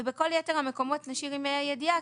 ובכל יתר המקומות נשאיר עם ה' הידיעה,